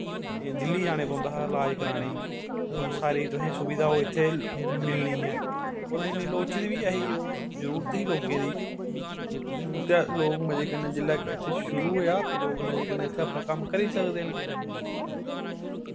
दिल्ली जाने पौंदा हा लाज़ कराने हून सारी तुसें सुविधा ओह् इत्थें मिलनी ऐ ओह् लोड़चदी बी ऐही ओह् जरूरत ही लोकें दी हून ते लोक मज़े कन्नै जेल्लै इत्थें शुरु होआ ते लोक मज़े कन्नै इत्थें अपना कम्म करी सकदे न